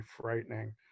frightening